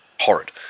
Horrid